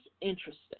interesting